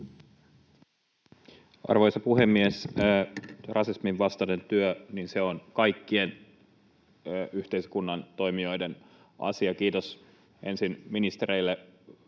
Arvoisa puhemies! Rasismin vastainen työ on kaikkien yhteiskunnan toimijoiden asia. Kiitos ensin ministereille